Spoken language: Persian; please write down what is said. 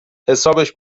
حسابش